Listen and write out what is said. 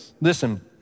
listen